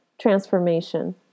transformation